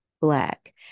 Black